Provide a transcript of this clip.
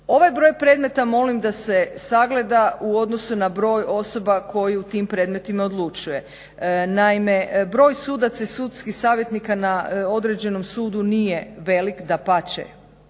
Ovaj broj predmeta molim da se sagleda u odnosu na broj osoba koji u tim predmetima odlučuje. Naime broj sudaca i sudskih savjetnika na određenom sudu nije velik, dapače